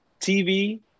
TV